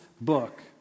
book